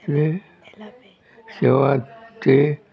चे शेवाचे